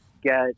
get